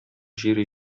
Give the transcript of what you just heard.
җир